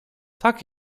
tak